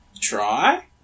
Try